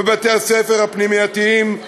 ובבתי-הספר הפנימייתיים,